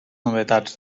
novetats